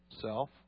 self